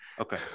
Okay